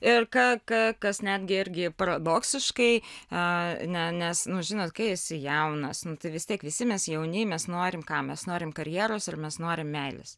ir ką ką kas netgi irgi paradoksiškai ne nes nu žinot kai esi jaunas nu vis tiek visi mes jauni mes norim ką mes norime karjeros ir mes norim meilės